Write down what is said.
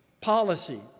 policy